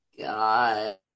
God